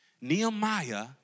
Nehemiah